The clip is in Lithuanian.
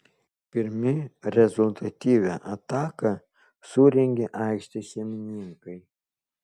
pirmi rezultatyvią ataką surengė aikštės šeimininkai